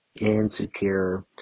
insecure